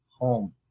home